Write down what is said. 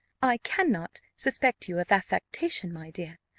i cannot suspect you of affectation, my dear.